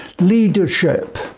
leadership